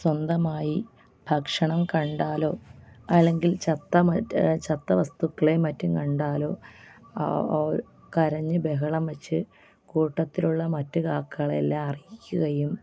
സ്വന്തമായി ഭക്ഷണം കണ്ടാലോ അല്ലെങ്കിൽ ചത്ത മറ്റേ ചത്ത വസ്തുക്കളെ മറ്റും കണ്ടാലോ അവ കരഞ്ഞ് ബഹളം വെച്ച് കൂട്ടത്തിലുള്ള മറ്റ് കാക്കകളെയെല്ലാം അറിയിക്കുകയും